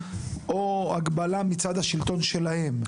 או הגבלה מצד השלטון שלהם?